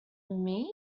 meat